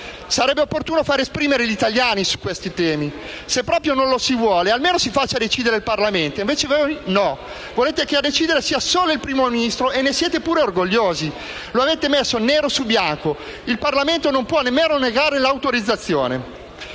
Sarebbe opportuno fare esprimere gli italiani su questi temi. Se proprio non lo si vuole, almeno si faccia decidere il Parlamento. Invece voi no; volete che a decidere sia solo il Primo Ministro e ne siete pure orgogliosi. Lo avete messo nero su bianco: il Parlamento non può nemmeno negare l'autorizzazione.